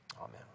amen